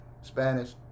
Spanish